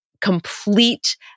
complete